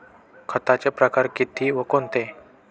खताचे प्रकार किती व कोणते?